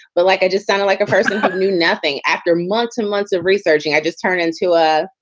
but like, i just sounded like a person who knew nothing. after months and months of researching, i just turned into a.